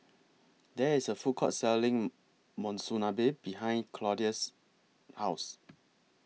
There IS A Food Court Selling Monsunabe behind Claude's House